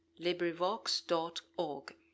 LibriVox.org